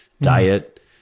diet